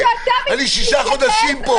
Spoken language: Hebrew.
רק כשאתה מתייחס אז אתה --- אני שישה חודשים פה,